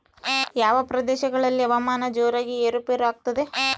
ಯಾವ ಪ್ರದೇಶಗಳಲ್ಲಿ ಹವಾಮಾನ ಜೋರಾಗಿ ಏರು ಪೇರು ಆಗ್ತದೆ?